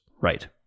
Right